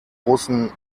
russen